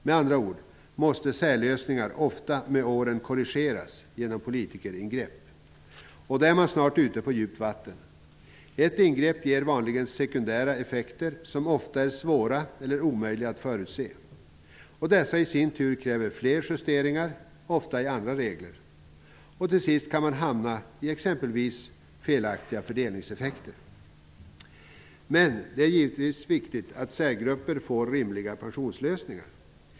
Med andra ord måste särlösningar ofta korrigeras med åren genom ingrepp av politikerna. Då är man snart ute på djupt vatten. Ett ingrepp ger vanligen sekundära effekter som ofta är svåra eller omöjliga att förutse. Dessa kräver i sin tur fler justeringar, ofta i andra regler. Till sist kan man t.ex. hamna i felaktiga fördelningseffekter. Men det är givetvis viktigt att särgrupper får rimliga pensionslösningar.